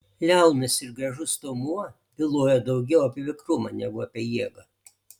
liaunas ir gražus stuomuo bylojo daugiau apie vikrumą negu apie jėgą